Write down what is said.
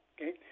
Okay